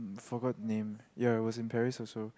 forgot the name ya it was in Paris also